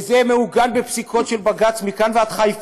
זה מעוגן בפסיקות של בג"צ מכאן ועד חיפה.